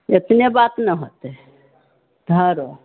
एतने बात ने होतै धरो